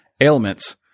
ailments